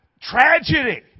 tragedy